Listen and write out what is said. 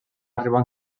arribar